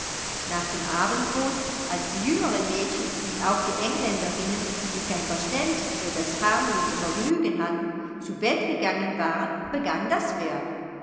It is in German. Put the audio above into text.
nach dem abendbrot als die jüngeren mädchen und auch die engländerinnen die kein verständnis für das harmlose vergnügen hatten zu bett gegangen waren begann das werk